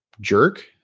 jerk